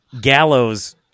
gallows